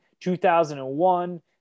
2001